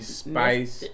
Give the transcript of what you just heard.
spice